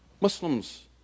Muslims